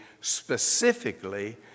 specifically